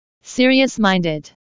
serious-minded